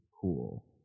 cool